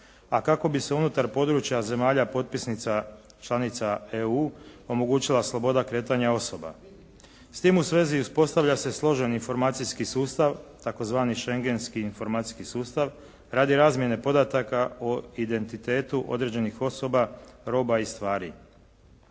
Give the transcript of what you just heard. a kako bi se unutar područja zemalja potpisnica članica EU omogućila sloboda kretanja osoba. S tim u svezi uspostavlja se složeni informacijski sustav tzv. schengenski informacijski sustav radi razmjene podataka o identitetu određenih osoba, roba i stvari.